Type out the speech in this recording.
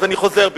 אז אני חוזר בי.